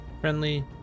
friendly